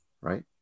right